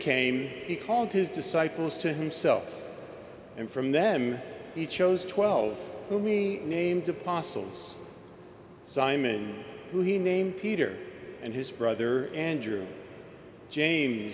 came he called his disciples to himself and from them he chose twelve only named apostles simon who he named peter and his brother andrew jaymes